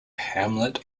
hamlet